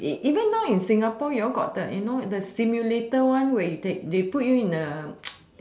even now in singapore you all got the you know the stimulator one where they put you in the